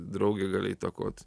draugė gali įtakot